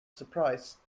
surprise